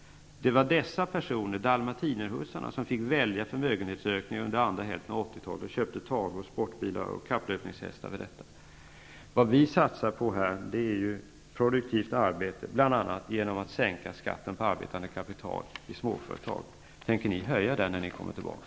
Det var dessa personer -- dalmatinerhussarna -- som fick välja förmögenhetsökning under andra hälften av 80 talet. De köpte bl.a. tavlor, sportbilar och kapplöpningshästar. Vi satsar på produktivt arbete genom att bl.a. sänka skatten på arbetande kapital i småföretag. Tänker ni höja den när ni kommer tillbaka?